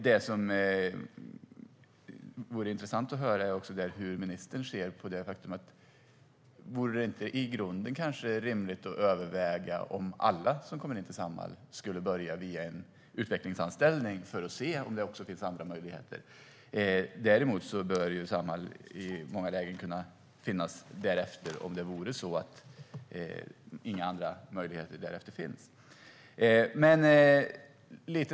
Det vore intressant att höra hur ministern ser på om det i grunden inte vore rimligt att överväga att alla som kommer till Samhall börjar via en utvecklingsanställning för att se om det finns andra möjligheter. Däremot bör Samhall kunna finnas där om inga andra möjligheter finns.